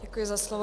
Děkuji za slovo.